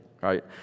right